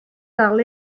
dal